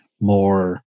more